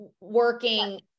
working